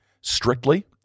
strictly